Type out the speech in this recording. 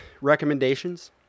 recommendations